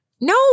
No